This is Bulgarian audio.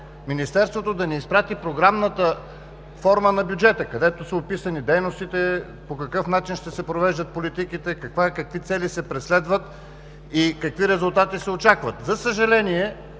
Министерството да ни изпрати програмната форма на бюджета, където са описани дейностите – по какъв начин ще се провеждат политиките, какви цели се преследват и какви резултати се очакват. За съжаление,